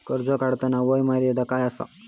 कर्ज काढताना वय मर्यादा काय आसा?